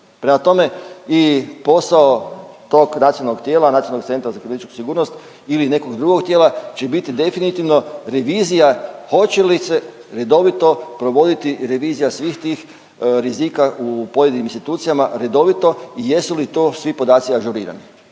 Prema tome i posao tog nacionalnog tijela, Nacionalnog centra za političku sigurnost ili nekog drugog tijela će biti definitivno revizija hoće li se redovito provoditi revizija svih tih rizika u pojedinim institucijama redoviti i jesu li to svi podaci ažurirani.